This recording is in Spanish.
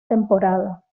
temporada